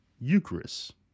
eucharist